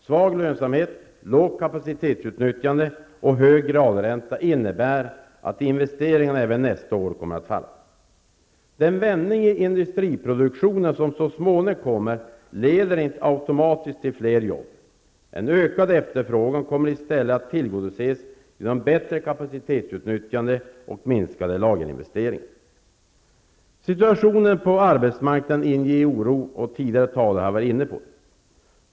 Svag lönsamhet, lågt kapacitetsutnyttjande och hög realränta innebär att investeringarna även nästa år kommer att falla. Den vändning i industriproduktionen som så småningom kommer leder inte automatiskt till fler jobb. En ökad efterfrågan kommer i stället att tillgodoses genom bättre kapacitetsutnyttjande och minskade lagerinvesteringar. Situationen på arbetsmarknaden inger oro, vilket tidigare talare har varit inne på.